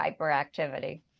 hyperactivity